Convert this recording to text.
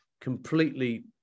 completely